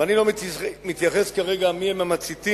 ואני לא מתייחס כרגע מי הם המציתים,